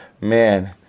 Man